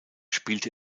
spielte